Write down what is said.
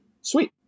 Sweet